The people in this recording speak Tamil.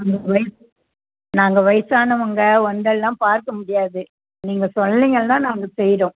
ரேட்டு நாங்கள் வயதானவங்க வந்தெல்லாம் பார்க்க முடியாது நீங்கள் சொன்னீங்கன்னால் நாங்கள் செய்கிறோம்